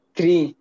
Three